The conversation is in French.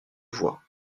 vois